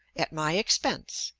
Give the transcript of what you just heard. at my expense,